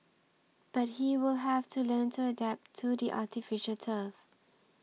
but he will have to learn to adapt to the artificial turf